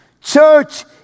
church